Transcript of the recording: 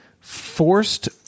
forced